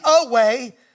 away